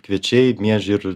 kviečiai miežiai ir